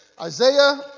Isaiah